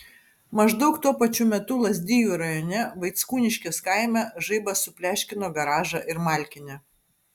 maždaug tuo pačiu metu lazdijų rajone vaickūniškės kaime žaibas supleškino garažą ir malkinę